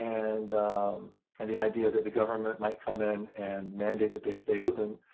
and and the idea that the government might come in and mandate that they stay open.